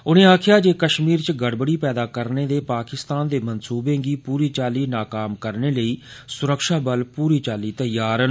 उनें आक्खेआ जे कश्मीर च गड़बड़ी पैदा करने दे पाकिस्तान दे मंसूबें गी पूरी चाल्ली नाकाम करने आस्तै सुरक्षाबल पूरी चाल्ली तैयार न